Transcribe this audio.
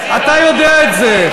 אתה יודע את זה.